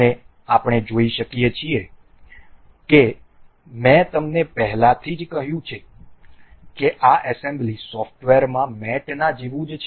અને અમે જોઈ શકીએ છીએ કે મેં તમને પહેલેથી જ કહ્યું છે કે આ એસેમ્બલી સોફ્ટવેરમાં મેટના જેવું છે